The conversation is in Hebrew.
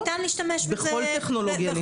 בכל טכנולוגיה ניתן.